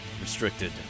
Restricted